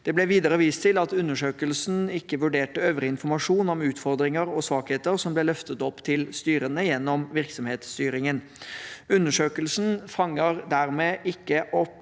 Det ble videre vist til at undersøkelsen ikke vurderte øvrig informasjon om utfordringer og svakheter som ble løftet opp til styrene gjennom virksomhetsstyringen. Undersøkelsen fanger dermed ikke opp